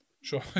Sure